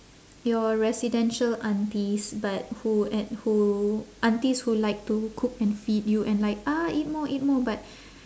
your residential aunties but who at who aunties who like to cook and feed you and like ah eat more eat more but